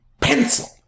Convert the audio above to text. pencil